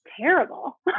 Terrible